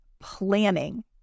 planning